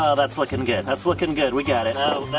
ah that's looking good, that's looking good. we got it.